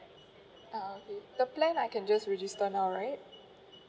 ah okay the plan I can just register now right